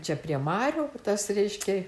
čia prie marių tas reiškia